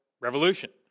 revolution